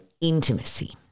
intimacy